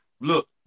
Look